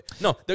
No